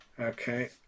Okay